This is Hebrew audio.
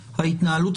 שנגיד.